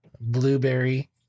Blueberry